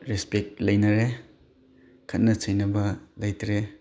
respect ꯂꯩꯅꯔꯦ ꯈꯠꯅ ꯆꯩꯅꯕ ꯂꯩꯇ꯭ꯔꯦ